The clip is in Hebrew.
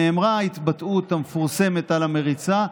כשנאמרה ההתבטאות המפורסמת על המריצה,